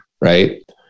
right